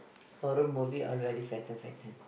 horror movie all very frighten frighten